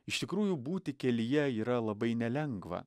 iš tikrųjų būti kelyje yra labai nelengva